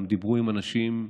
גם דיברו עם אנשים,